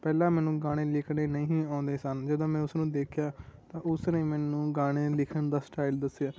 ਪਹਿਲਾਂ ਮੈਨੂੰ ਗਾਣੇ ਲਿਖਣੇ ਨਹੀਂ ਆਉਂਦੇ ਸਨ ਜਦੋਂ ਮੈਂ ਉਸ ਨੂੰ ਦੇਖਿਆ ਉਸ ਨੇ ਮੈਨੂੰ ਗਾਣੇ ਲਿਖਣ ਦਾ ਸਟਾਈਲ ਦੱਸਿਆ